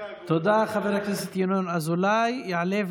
כל עוד זה לא רב רפורמי, אין בעיה.